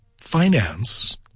finance